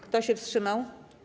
Kto się wstrzymał?